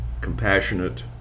compassionate